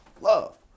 love